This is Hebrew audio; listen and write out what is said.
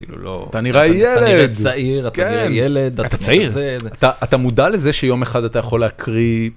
לא לא, אתה נראה ילד, אתה נראה צעיר, אתה נראה ילד, אתה צעיר, אתה מודע לזה שיום אחד אתה יכול להקריא...